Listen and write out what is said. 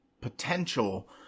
potential –